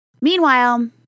Meanwhile